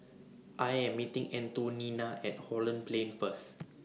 I Am meeting Antonina At Holland Plain First